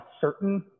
certain